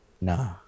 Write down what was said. No